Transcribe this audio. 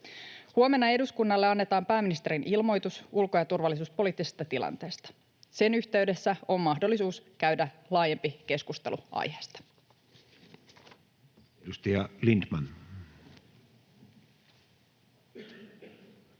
Huomenna eduskunnalle annetaan pääministerin ilmoitus ulko- ja turvallisuuspoliittisesta tilanteesta. Sen yhteydessä on mahdollisuus käydä laajempi keskustelu aiheesta.